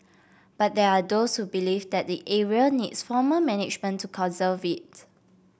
but there are those who believe that the area needs formal management to conserve it